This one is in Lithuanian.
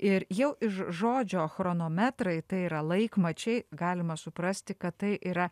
ir jau iš žodžio chronometrai tai yra laikmačiai galima suprasti kad tai yra